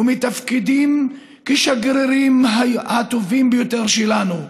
ומתפקדים כשגרירים הטובים ביותר שלנו,